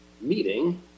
meeting